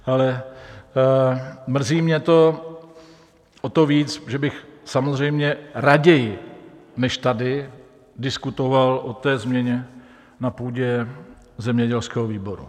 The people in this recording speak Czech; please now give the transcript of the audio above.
Ale mrzí mě to o to víc, že bych samozřejmě raději než tady diskutoval o té změně na půdě zemědělského výboru.